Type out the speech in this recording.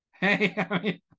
Hey